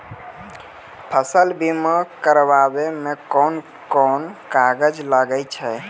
फसल बीमा कराबै मे कौन कोन कागज लागै छै?